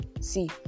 See